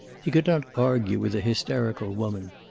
he could not argue with a hysterical woman.